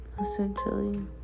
essentially